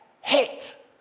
hit